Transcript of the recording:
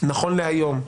נכון להיום,